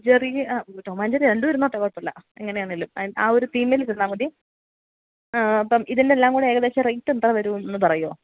Jerry Tom and Jerry രണ്ടും ഇരുന്നോട്ടെ കുഴപ്പമില്ല എങ്ങനെയാണേലും ആ ഒരു തീമിൽ ഇരുന്നാല് മതി അപ്പോള് ഇതിനെല്ലാം കൂടെ ഏകദേശം റേറ്റെന്താ വരുകയെന്നു പറയുമോ